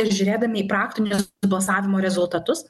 o žiūrėdami į praktinius balsavimo rezultatus